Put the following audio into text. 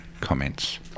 comments